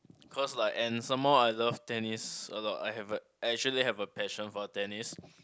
cause like and some more I love tennis a lot I have a I actually have a passion for tennis